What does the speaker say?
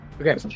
Okay